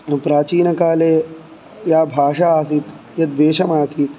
तद् प्राचीनकाले या भाषा आसीत् यद्वेषमासीत्